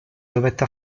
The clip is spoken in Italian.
dovette